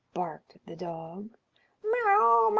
barked the dog meaw-meaw!